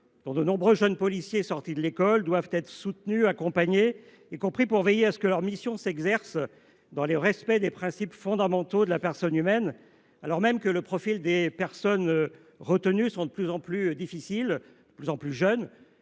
dont de nombreux jeunes policiers sortis de l’école – doivent être soutenus et accompagnés, y compris pour veiller à ce que leurs missions s’exercent dans le respect des droits fondamentaux de la personne humaine, alors même que le profil des individus retenus est de plus en plus difficile – et aussi de plus en plus jeune